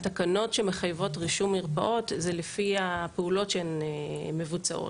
התקנות שמחייבות רישום מרפאות הן לפי הפעולות שמבוצעות.